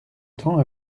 temps